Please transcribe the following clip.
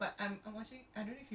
righty